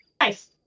Nice